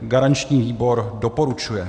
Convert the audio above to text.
Garanční výbor doporučuje.